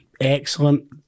excellent